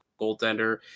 goaltender